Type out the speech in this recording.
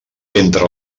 entre